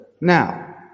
now